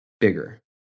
bigger